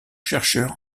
chercheur